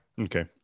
okay